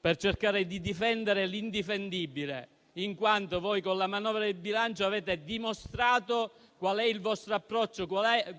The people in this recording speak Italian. per cercare di difendere l'indifendibile, in quanto voi con la manovra di bilancio avete dimostrato qual è il vostro approccio,